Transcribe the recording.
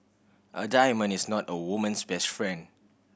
a diamond is not a woman's best friend